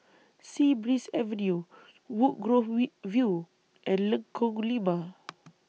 Sea Breeze Avenue Woodgrove View and Lengkong Lima